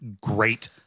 great